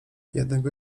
jednego